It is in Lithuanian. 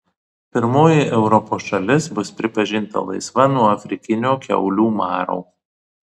pirmoji europos šalis bus pripažinta laisva nuo afrikinio kiaulių maro